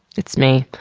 it's me.